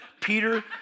Peter